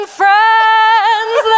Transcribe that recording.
friends